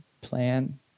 plan